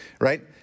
right